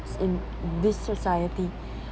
in this society